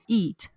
eat